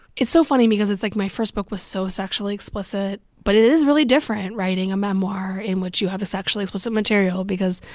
it's so funny because it's, like, my first book was so sexually explicit, but it is really different writing a memoir in which you have sexually explicit material because,